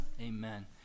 Amen